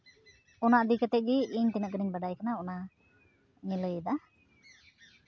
ᱚᱱᱟ ᱤᱫᱤ ᱠᱟᱛᱮᱫ ᱜᱮ ᱤᱧ ᱛᱤᱱᱟᱹᱜ ᱜᱟᱱᱤᱧ ᱵᱟᱰᱟᱭᱟ ᱚᱱᱟᱧ ᱞᱟᱹᱭ ᱮᱫᱟ